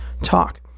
talk